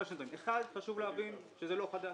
ראשית, חשוב להבין שזה לא חדש.